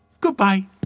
Goodbye